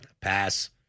Pass